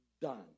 done